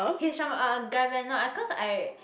he's from a a guy van ah cause I